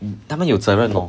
他们有责任 lor